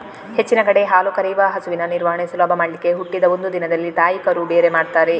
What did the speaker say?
ಹೆಚ್ಚಿನ ಕಡೆ ಹಾಲು ಕರೆಯುವ ಹಸುವಿನ ನಿರ್ವಹಣೆ ಸುಲಭ ಮಾಡ್ಲಿಕ್ಕೆ ಹುಟ್ಟಿದ ಒಂದು ದಿನದಲ್ಲಿ ತಾಯಿ ಕರು ಬೇರೆ ಮಾಡ್ತಾರೆ